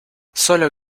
solo